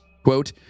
Quote